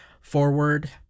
forward